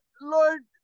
Lord